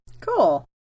Cool